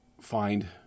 find